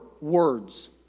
words